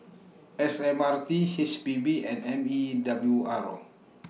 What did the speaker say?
S M R T H P B and M E W R